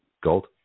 Gold